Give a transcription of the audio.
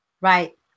Right